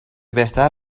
بهتر